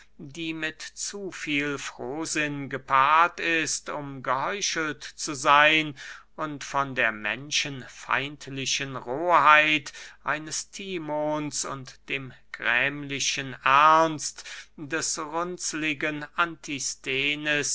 die mit zu viel frohsinn gepaart ist um geheuchelt zu seyn und von der menschenfeindlichen rohheit eines timons und dem grämlichen ernst des